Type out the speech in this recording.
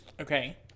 Okay